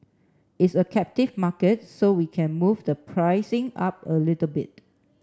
it's a captive market so we can move the pricing up a little bit